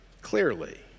clearly